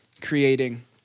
creating